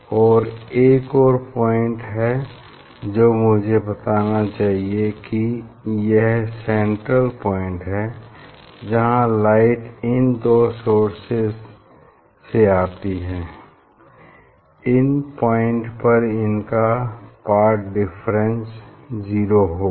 और एक और पॉइंट हैं जो मुझे बताना चाहिए कि यह सेंट्रल पॉइंट है जहाँ लाइट इन दो सोर्सेज से आती है इस पॉइंट पर इनका पाथ डिफरेंस जीरो होगा